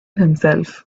himself